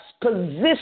position